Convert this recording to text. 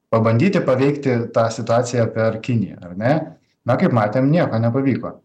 pabandyti paveikti tą situaciją per kiniją ar ne na kaip matėm nieko nepavyko